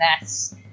mess